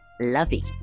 lovey